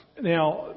Now